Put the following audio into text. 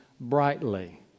brightly